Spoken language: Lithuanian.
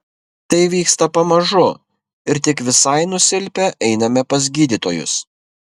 tai vyksta pamažu ir tik visai nusilpę einame pas gydytojus